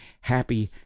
happy